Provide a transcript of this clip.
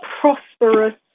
prosperous